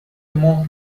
ماه